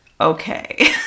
okay